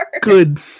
good